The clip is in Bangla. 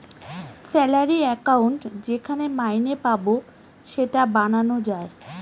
স্যালারি একাউন্ট যেখানে মাইনে পাবো সেটা বানানো যায়